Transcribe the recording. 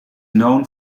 known